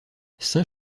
saint